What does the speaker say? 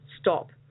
stop